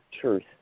truth